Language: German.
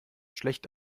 schlecht